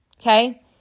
okay